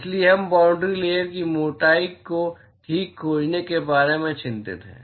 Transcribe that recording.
इसलिए हम boundary layer की मोटाई को ठीक खोजने के बारे में चिंतित हैं